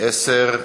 10),